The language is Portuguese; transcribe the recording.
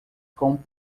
com